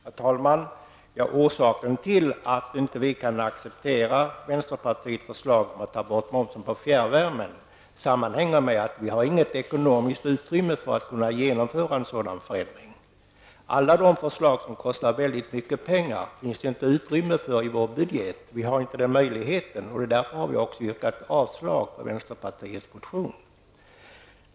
Herr talman! Orsaken till att vi inte kan acceptera vänsterpartiets förslag om att ta bort momsen på fjärrvärme sammanhänger med att vi inte har något ekonomiskt utrymme för att kunna genomföra en sådan förändring. Det finns inte utrymme i vår budget för alla de förslag som kostar mycket pengar. Därför har vi också yrkat avslag på vänsterpartiets motion.